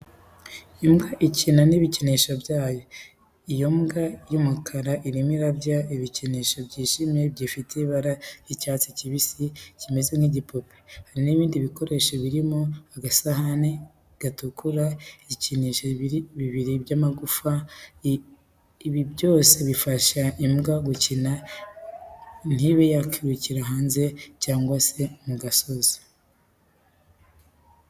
Imbwa ikina n'ibikinisho byayo. Iyo mbwa y'umukara irimo irarya igikinisho cyijimye gifite ibara ry'icyatsi kibisi kimeze nk'igipupe, hari n'ibindi bikoresho birimo agasahani gatukura, ibikinisho bibiri by'amagufa. Ibi byose bifasha imbwa gukina ntibe yakwirirwa hanze cyangwa mu gasozi.